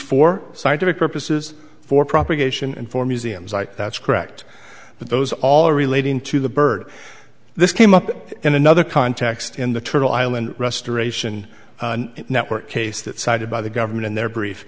for scientific purposes for propagation and for museums i that's correct but those all relating to the bird this came up in another context in the turtle island restoration network case that cited by the government in their brief